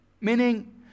Meaning